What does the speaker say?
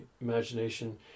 imagination